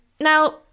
Now